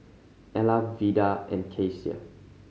Ella Vida and Kecia